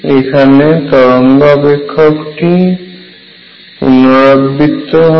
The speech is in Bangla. এখানে তরঙ্গ অপেক্ষকটি পুনরাবৃত্ত হবে